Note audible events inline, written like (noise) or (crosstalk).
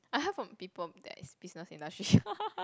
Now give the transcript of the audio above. I heard from people that is business industry (laughs)